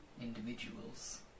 individuals